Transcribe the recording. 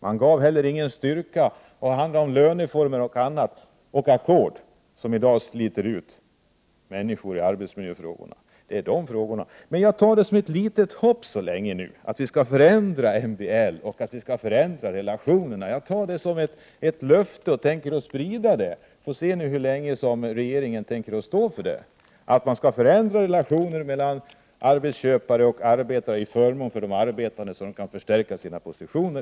Den ger inte heller någon styrka när det gäller förhandlingar om löneformer som ackord, som i dag sliter ut människor i arbetsmiljön. Jag ser dock nu ett litet hopp om att MBL och relationerna på arbetsmiljöområdet skall kunna förändras. Jag uppfattar det sagda som ett löfte och kommer att sprida det. Vi får sedan se hur länge regeringen kommer att stå för att man skall förändra relationerna mellan arbetsköpare och arbetare till förmån för de senare, så att de kan förstärka sina positioner.